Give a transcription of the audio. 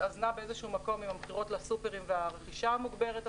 התאזנה באיזשהו מקום עם המכירות לסופרים והרכישה המוגברת.